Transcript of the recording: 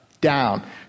down